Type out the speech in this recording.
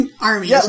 army